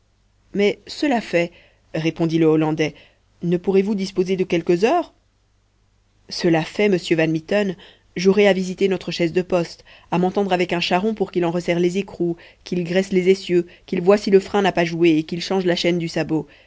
mais cela fait répondit le hollandais ne pourrez-vous disposer de quelques heures cela fait monsieur van mitten j'aurai à visiter notre chaise de poste à m'entendre avec un charron pour qu'il en resserre les écrous qu'il graisse les essieux qu'il voie si le frein n'a pas joué et qu'il change la chaîne du sabot